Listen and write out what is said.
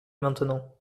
maintenant